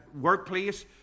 workplace